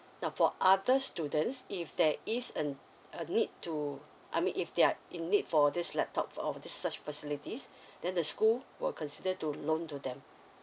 now for other students if there is an a need to I mean if they are in need for this laptop for these such facilities then the school will consider to loan to them